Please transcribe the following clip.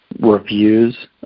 reviews